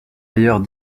ailleurs